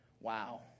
wow